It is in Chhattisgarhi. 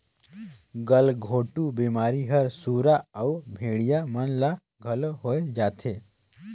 गलघोंटू बेमारी हर सुरा अउ भेड़िया मन ल घलो होय जाथे